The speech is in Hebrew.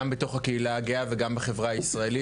גם בתוך הקהילה הגאה וגם בחברה הישראלית.